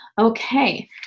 Okay